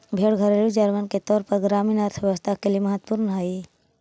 भेंड़ घरेलू जानवर के तौर पर ग्रामीण अर्थव्यवस्था के लिए महत्त्वपूर्ण हई